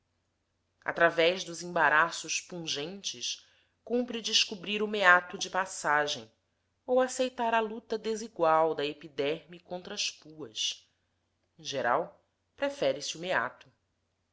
através dos embaraços pungentes cumpre descobrir o meato de passagem ou aceitar a luta desigual da epiderme contra as puas em geral prefere se o meato